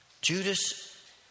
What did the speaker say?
Judas